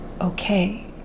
Okay